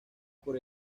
por